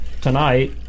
tonight